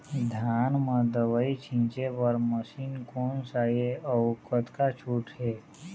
धान म दवई छींचे बर मशीन कोन सा हे अउ कतका छूट हे?